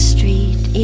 Street